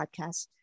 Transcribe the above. Podcast